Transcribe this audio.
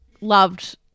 loved –